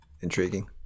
Intriguing